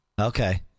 Okay